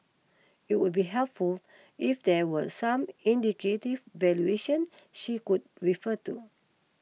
it would be helpful if there were some indicative valuation she could refer to